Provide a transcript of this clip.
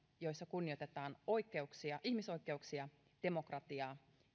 joissa kunnioitetaan ihmisoikeuksia demokratiaa